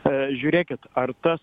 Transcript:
žiūrėkit ar tas